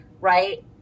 right